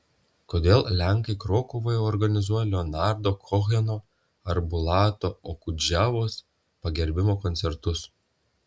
kodėl lenkai krokuvoje organizuoja leonardo koheno ar bulato okudžavos pagerbimo koncertus